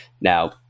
Now